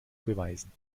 beweisen